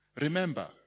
Remember